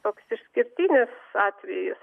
toks išskirtinis atvejis